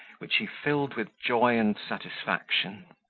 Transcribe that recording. which he filled with joy and satisfaction.